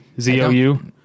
Z-O-U